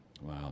wow